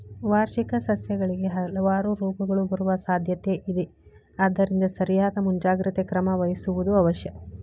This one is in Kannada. ವಾರ್ಷಿಕ ಸಸ್ಯಗಳಿಗೆ ಹಲವಾರು ರೋಗಗಳು ಬರುವ ಸಾದ್ಯಾತೆ ಇದ ಆದ್ದರಿಂದ ಸರಿಯಾದ ಮುಂಜಾಗ್ರತೆ ಕ್ರಮ ವಹಿಸುವುದು ಅವಶ್ಯ